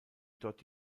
dort